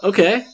Okay